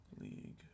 League